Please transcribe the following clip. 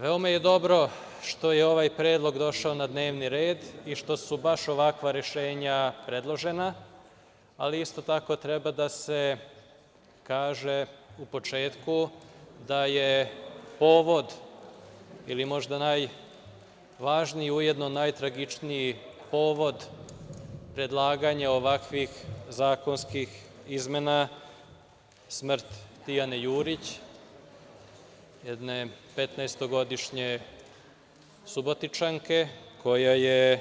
Veoma je dobro što je ovaj predlog došao na dnevni red i što su baš ovakva rešenja predložena, ali isto tako treba da se kaže na početku da je povod ili možda najvažniji i ujedno najtragičniji povod predlaganja ovakvih zakonskih izmena smrt Tijane Jurić, jedne petnaestogodišnje Subotičanke koja je